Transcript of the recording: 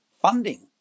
funding